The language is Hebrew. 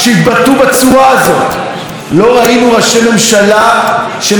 לא ראינו ראשי ממשלה שמשסים פה את הציבור אחד בשני,